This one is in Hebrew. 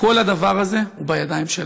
כל הדבר הזה הוא בידיים שלנו,